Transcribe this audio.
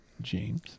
James